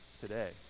Today